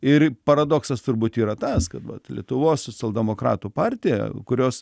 ir paradoksas turbūt yra tas kad vat lietuvos socialdemokratų partija kurios